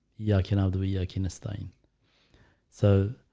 yeah, i cannot be oakiness thing so